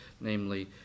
namely